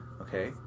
okay